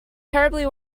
terribly